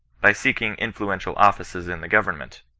by seeking influential offices in the government,